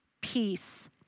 peace